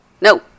No